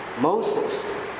Moses